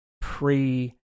pre